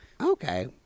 Okay